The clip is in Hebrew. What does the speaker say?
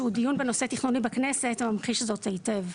שהוא דיון בנושא תכנוני בכנסת ממחיש זאת היטב.